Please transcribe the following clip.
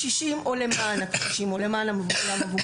הקשישים או למען הקשישים, המבוגרים.